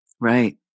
right